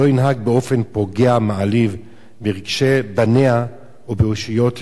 שלא ינהג באופן פוגע ומעליב ברגשי בניה ובאושיות תורתה.